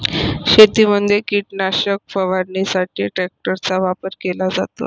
शेतीमध्ये कीटकनाशक फवारणीसाठी ट्रॅक्टरचा वापर केला जातो